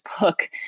book